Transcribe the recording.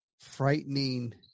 frightening